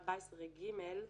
14(ג),